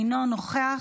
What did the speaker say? אינו נוכח,